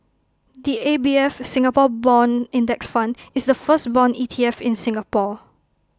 the A B F Singapore Bond index fund is the first Bond E T F in Singapore